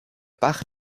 bach